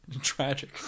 Tragic